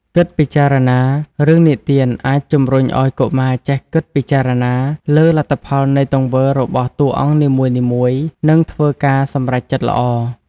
គិតពិចារណា រឿងនិទានអាចជំរុញឱ្យកុមារចេះគិតពិចារណាលើលទ្ធផលនៃទង្វើរបស់តួអង្គនីមួយៗ និងធ្វើការសម្រេចចិត្តល្អ។